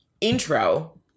intro